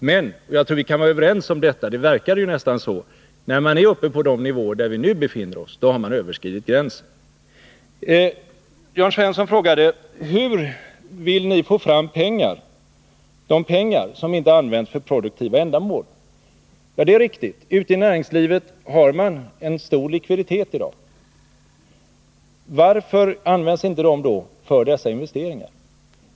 Jag tror att vi kan vara överens om — det verkar nästan så — att när man är uppe på de nivåer där vi nu befinner oss, så har man under alla omständigheter överskridit gränsen. Jörn Svensson frågade hur vi ville få fram de pengar som nu inte används för produktiva ändamål. Det är riktigt att man i näringslivet har en bra likviditet i dag. Varför används då inte dessa pengar för investeringar?